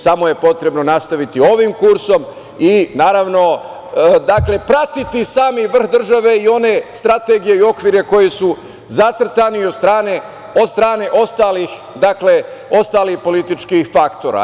Samo je potrebno nastaviti ovim kursom i, naravno, pratiti sami vrh države i one strategije i okvire koji su zacrtani od strane ostalih političkih faktora.